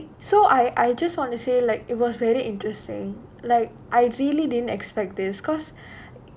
anyway so I I just want to say like it was very interesting like I really didn't expect this because